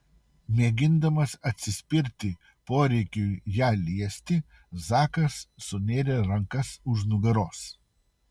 mėgindamas atsispirti poreikiui ją liesti zakas sunėrė rankas už nugaros